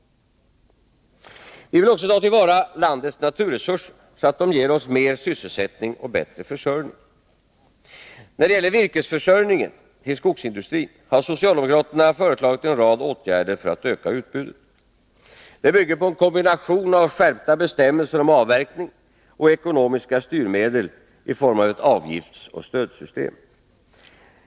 Vi vill också ta till vara landets naturresurser, så att de ger oss mer sysselsättning och bättre försörjning. När det gäller virkesförsörjningen till skogsindustrin har socialdemokraterna föreslagit en rad åtgärder för att öka utbudet. De bygger på en kombination av skärpta bestämmelser om avverkning och ekonomiska styrmedel i form av ett avgiftsoch stödsystem.